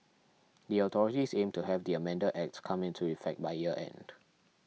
the authorities aim to have the amended acts come into effect by year end